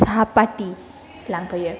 साहा पाटि लांफैयो